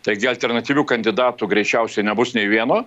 taigi alternatyvių kandidatų greičiausiai nebus nei vieno